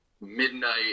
midnight